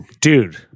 dude